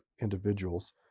individuals